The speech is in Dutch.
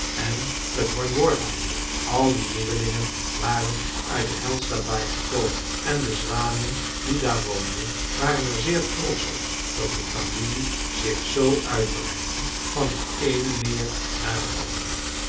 en t hornborgameer al die nieuwelingen waren uit de hjälstabaai gekomen en de zwanen die daar woonden waren er zeer trotsch op dat hun familie zich z uitbreidde van het eene meer naar het andere